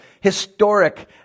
historic